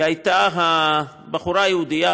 היא הייתה בחורה יהודייה,